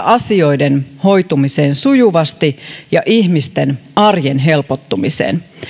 asioiden hoitumiseen sujuvasti ja ihmisten arjen helpottumiseen